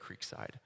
Creekside